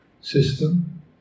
system